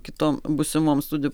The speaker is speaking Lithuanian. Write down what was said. kitom būsimom studijų